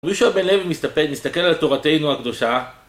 ר' יהושע בן לוי מסתפד, מסתכל על תורתנו הקדושה